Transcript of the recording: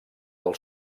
del